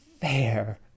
fair